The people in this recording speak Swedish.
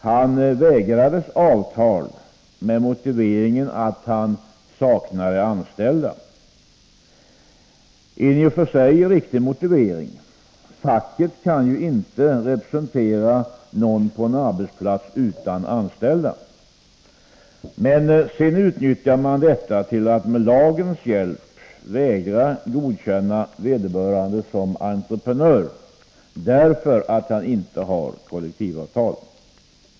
Han vägrades avtal med motiveringen att han saknade anställda. I och för sig var det en riktig motivering. Facket kan inte representera någon på en arbetsplats utan anställda. Men sedan utnyttjar man detta till att med lagens hjälp vägra godkänna vederbörande som entreprenör därför att han inte har kollektivavtal.